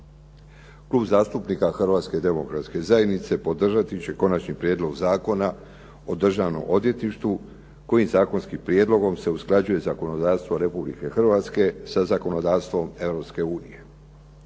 Klub zastupnika Hrvatske demokratske zajednice podržati će Konačni prijedlog zakona o državnom odvjetništvu kojim zakonskim prijedlogom se usklađuje zakonodavstvo Republike Hrvatske sa zakonodavstvom